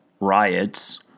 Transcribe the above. riots